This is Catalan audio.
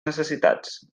necessitats